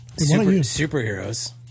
Superheroes